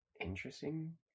interesting